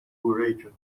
region